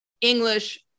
English